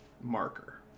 Marker